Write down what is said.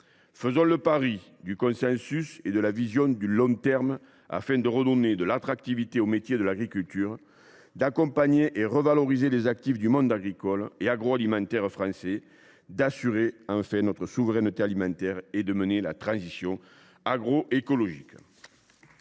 Faisons le pari du consensus et de la vision de long terme afin de redonner de l’attractivité aux métiers de l’agriculture, d’accompagner et de revaloriser les actifs du monde agricole et agroalimentaire français, d’assurer notre souveraineté alimentaire et de mener la transition agroécologique.